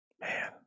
man